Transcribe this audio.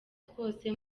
twose